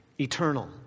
Eternal